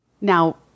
Now